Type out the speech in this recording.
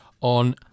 on